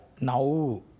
now